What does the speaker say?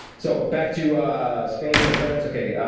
so back to spain and france, okay,